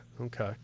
okay